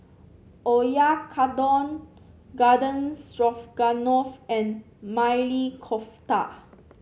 Oyakodon Garden Stroganoff and Maili Kofta